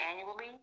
annually